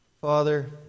Father